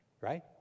right